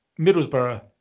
Middlesbrough